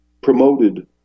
promoted